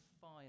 fire